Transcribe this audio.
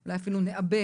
אולי אפילו נעבה